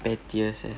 pettiest eh